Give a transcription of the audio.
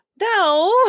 now